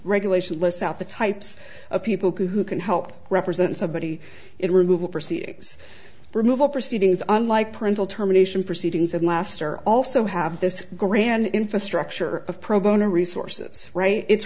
regulation list out the types of people who can help represent somebody it removal proceedings removal proceedings unlike parental terminations proceedings of laster also have this grand infrastructure of pro bono resources right it's